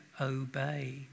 obey